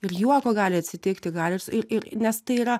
ir juoko gali atsitikti gali ir ir nes tai yra